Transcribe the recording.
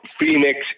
Phoenix